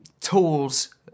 tools